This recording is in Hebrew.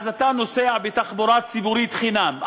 אז אתה נוסע בתחבורה ציבורית חינם.